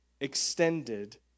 extended